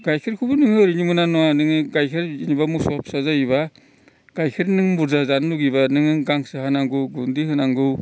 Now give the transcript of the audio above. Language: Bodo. गायखेरखौबो नोङो ओरैनो मोना नङा नोङो गायखेर जेनेबा मोसौआ फिसा जायोब्ला गायखेर नों बुरजा जानो लुबैयोब्ला नों गांसो हानांगौ गुन्दै होनांगौ